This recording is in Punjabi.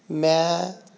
ਮੈਂ